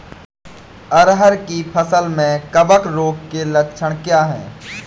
अरहर की फसल में कवक रोग के लक्षण क्या है?